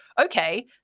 okay